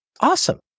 awesome